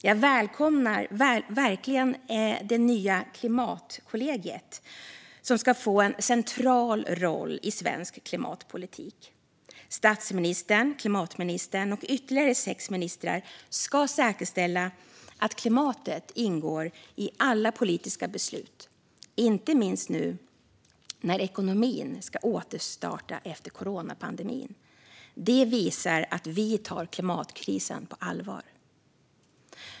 Jag välkomnar verkligen det nya klimatkollegiet, som ska få en central roll i svensk klimatpolitik. Statsministern, klimatministern och ytterligare sex ministrar ska säkerställa att klimatet ingår i alla politiska beslut - inte minst när ekonomin ska återstarta efter coronapandemin. Det visar att vi tar klimatkrisen på allvar.